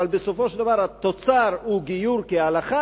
אבל בסופו של דבר התוצר הוא גיור כהלכה.